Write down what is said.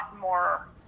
more